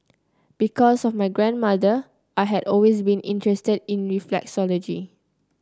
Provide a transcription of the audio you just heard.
because of my grandmother I had always been interested in reflexology